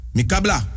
Mikabla